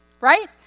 right